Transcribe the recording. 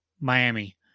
Miami